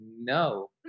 no